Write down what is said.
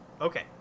okay